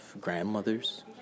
grandmothers